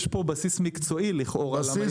יש פה בסיס מקצועי לכאורה למה זה כך.